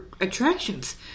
attractions